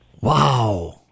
Wow